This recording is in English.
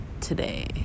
today